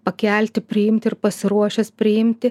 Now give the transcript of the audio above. pakelti priimti ir pasiruošęs priimti